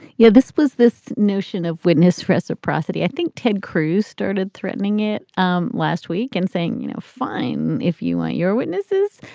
yeah, this was this notion of witness reciprocity. i think ted cruz started threatening it um last week and saying, you know, fine, if you want your witnesses,